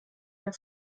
der